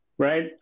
Right